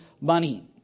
money